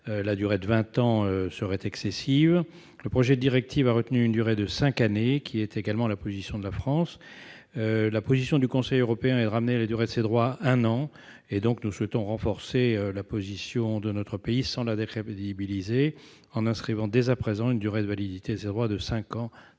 une durée de vingt ans serait excessive. Le projet de directive a retenu une durée de cinq années, qui correspond également à la position de la France dans la négociation. Sachant que la position du Conseil européen est de ramener la durée de ces droits à un an, nous souhaitons renforcer la position de notre pays sans la décrédibiliser, en inscrivant dès à présent une durée de validité de ces droits de cinq